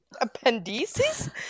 Appendices